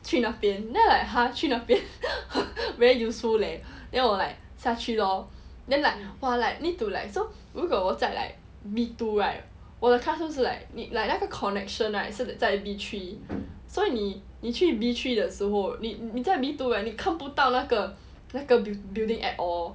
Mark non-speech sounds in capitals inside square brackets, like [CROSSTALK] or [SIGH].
去那边 then I like !huh! 去那边 [LAUGHS] very useful leh then 我 like 下去 lor then like !wah! like need to like so 如果我在 like B two right 我的 classroom 是 like need like like a connection right 是在 B three so 你你去 B three 的时候你在 B two right 你看不到那个那个 building at all